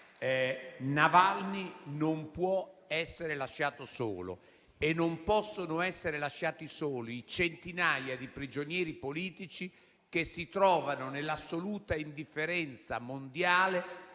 Navalny non può essere lasciato solo e non possono essere lasciate sole le centinaia di prigionieri politici che si trovano, nell'assoluta indifferenza mondiale,